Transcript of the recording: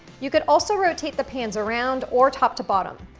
you could also rotate the pans around or top to bottom.